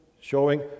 showing